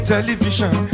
Television